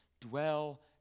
dwell